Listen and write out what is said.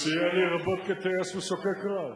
שסייע לי רבות כטייס מסוקי קרב.